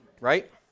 Right